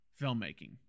filmmaking